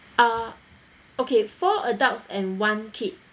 uh okay four adults and one kid